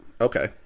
Okay